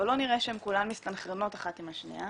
אבל לא נראה שהן כולן מסתנכרנות אחת עם השנייה,